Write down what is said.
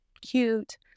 cute